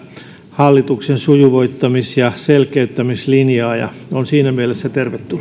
hallituksen sujuvoittamis ja selkeyttämislinjaa ja on siinä mielessä